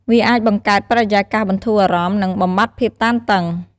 វាអាចបង្កើតបរិយាកាសបន្ធូរអារម្មណ៍ និងបំបាត់ភាពតានតឹង។